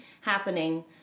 happening